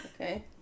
Okay